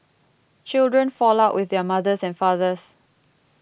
children fall out with their mothers and fathers